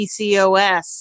PCOS